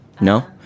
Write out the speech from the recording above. No